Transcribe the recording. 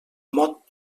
mot